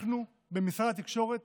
אנחנו במשרד התקשורת